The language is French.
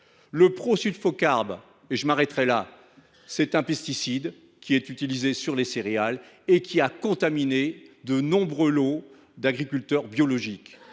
le prosulfocarbe est un pesticide qui est utilisé sur les céréales et qui a contaminé de nombreux lots d’agriculteurs biologiques.